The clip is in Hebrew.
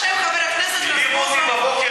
העירו אותי בבוקר,